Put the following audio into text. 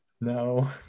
No